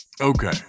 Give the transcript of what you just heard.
Okay